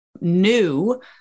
new